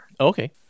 Okay